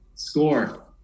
Score